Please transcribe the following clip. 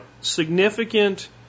significant